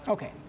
Okay